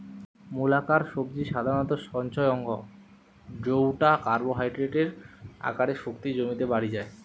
মূলাকার সবজি সাধারণত সঞ্চয় অঙ্গ জউটা কার্বোহাইড্রেটের আকারে শক্তি জমিতে বাড়ি যায়